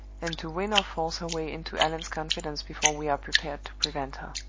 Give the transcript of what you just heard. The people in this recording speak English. and to win or force her way into allan's confidence before we are prepared to prevent her.